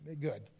Good